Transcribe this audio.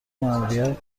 ماموریت